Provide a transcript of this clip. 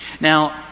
now